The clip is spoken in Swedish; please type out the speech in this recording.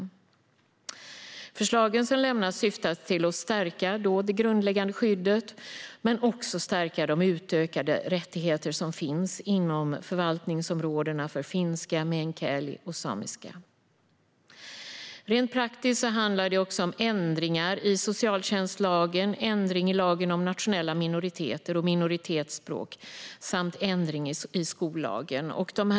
De förslag som läggs fram syftar till att stärka det grundläggande skyddet, men också de utökade rättigheter som gäller inom förvaltningsområdena för finska, meänkieli och samiska. Rent praktiskt handlar det också om ändringar i socialtjänstlagen, ändring i lagen om nationella minoriteter och minoritetsspråk samt ändring i skollagen.